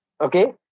okay